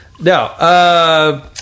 No